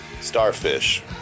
Starfish